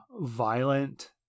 violent